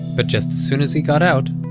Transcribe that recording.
but just as soon as he got out,